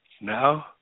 No